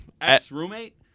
Ex-roommate